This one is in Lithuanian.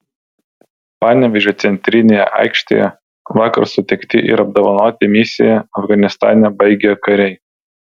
panevėžio centrinėje aikštėje vakar sutikti ir apdovanoti misiją afganistane baigę kariai